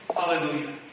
Hallelujah